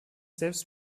selbst